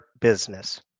business